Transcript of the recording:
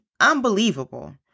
unbelievable